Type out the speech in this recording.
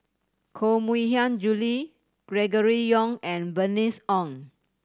Koh Mui Hiang Julie Gregory Yong and Bernice Ong